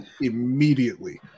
immediately